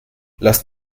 lassen